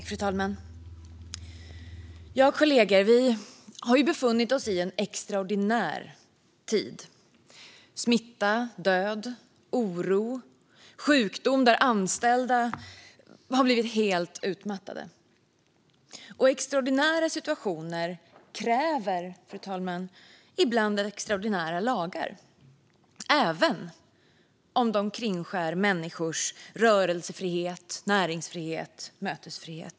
Fru talman och kollegor! Vi har befunnit oss i en extraordinär tid med smitta, död, oro och sjukdom där anställda har blivit helt utmattade. Extraordinära situationer kräver ibland, fru talman, extraordinära lagar även om de kringskär människors rörelsefrihet, näringsfrihet och mötesfrihet.